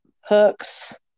hooks